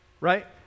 Right